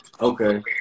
Okay